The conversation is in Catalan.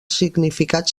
significat